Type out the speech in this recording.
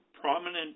prominent